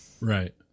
Right